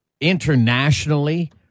internationally